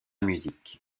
musique